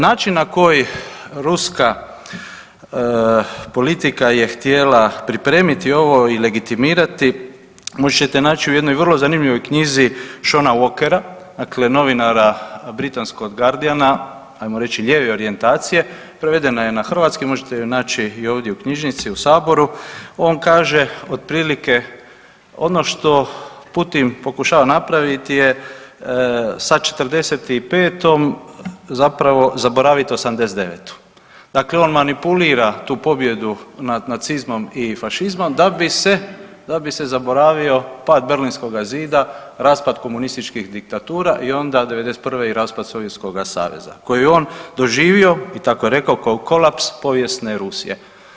Način na koji ruska politika je htjela pripremiti ovo i legitimirati moći ćete naći u jednoj vrlo zanimljivoj knjizi Shauna Walkera, dakle novinara britanskog Guardiana, ajmo reći lijeve orijentacije, prevedena je na hrvatski, možete ju naći i ovdje u knjižnici u saboru, on kaže otprilike ono što Putin pokušava napraviti je sa '45. zapravo zaboravit '89., dakle on manipulira tu pobjedu nad nacizmom i fašizmom da bi se, da bi se zaboravio pad Berlinskoga zida, raspad komunističkih diktatura i onda '91. i raspad Sovjetskoga Saveza koji je on doživio i tako rekao kao kolaps povijesne Rusije.